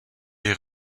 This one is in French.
est